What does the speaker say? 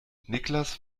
niklas